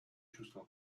чувство